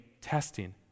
testing